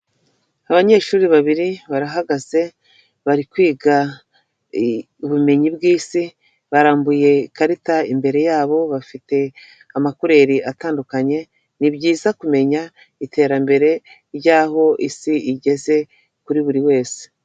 Abanyeshuri babiri barahagaze bari kwiga ubumenyi bwi'isi, barambuye ikarita imbere yabo bafite amakureri atandukanye, ni byiza kumenya iterambere ry'aho isi igeze kuri buri wese.